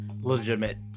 Legitimate